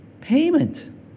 payment